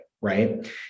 Right